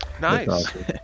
Nice